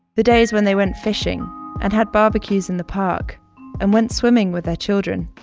the days when they went fishing and had barbecues in the park and went swimming with their children.